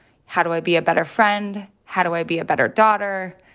how do i be a better friend? how do i be a better daughter?